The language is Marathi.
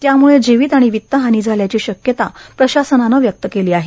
त्यामुळं जीवित आणि वित हानी झाल्याची शक्यता प्रशासनानं व्यक्त केली आहे